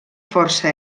força